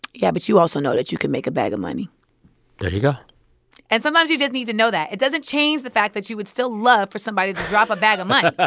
yeah, but you also know that you can make a bag of money there you go and sometimes, you just need to know that. it doesn't change the fact that you would still love for somebody drop a bag of money, ah